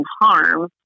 harm